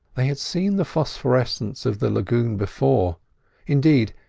they had seen the phosphorescence of the lagoon before indeed,